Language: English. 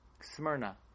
Smyrna